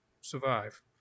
survive